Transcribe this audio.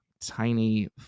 tiny